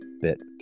bit